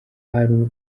hari